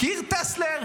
מכיר את טסלר?